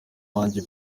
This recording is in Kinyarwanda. wanjye